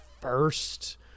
first